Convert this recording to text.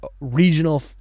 regional